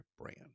brand